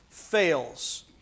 fails